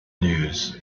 news